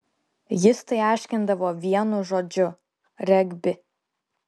jis tai aiškindavo vienu žodžiu regbi